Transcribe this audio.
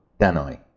Danai